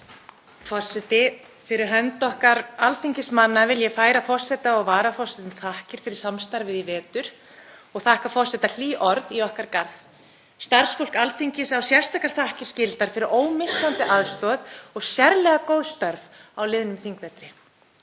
Forseti. Fyrir hönd okkar alþingismanna vil ég færa forseta og varaforsetum þakkir fyrir samstarfið í vetur og þakka forseta hlý orð í okkar garð. Starfsfólk Alþingis á sérstakar þakkir skildar fyrir ómissandi aðstoð og sérlega góð störf á liðnum þingvetri.